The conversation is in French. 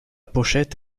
pochette